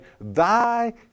thy